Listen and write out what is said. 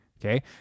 Okay